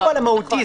הסיפור המהותי.